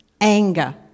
anger